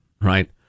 right